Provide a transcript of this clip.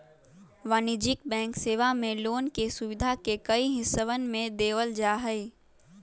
वाणिज्यिक बैंक सेवा मे लोन के सुविधा के कई हिस्सवन में देवल जाहई